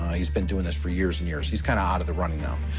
he's been doing this for years and years. he's kind of out of the running now.